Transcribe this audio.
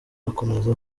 akomeza